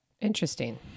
Interesting